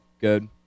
good